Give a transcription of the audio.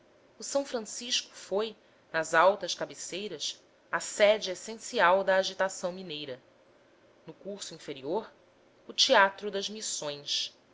o s francisco foi nas altas cabeceiras a sede essencial da agitação mineira no curso inferior o teatro das missões